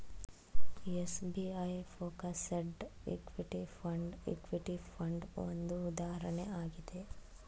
SBI focused equity fund, equity fund ಒಂದು ಉದಾಹರಣೆ ಆಗಿದೆ